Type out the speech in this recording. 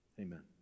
Amen